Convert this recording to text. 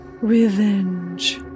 revenge